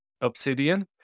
Obsidian